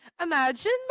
Imagine